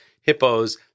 hippos